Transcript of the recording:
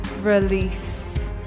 Release